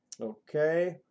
okay